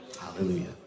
Hallelujah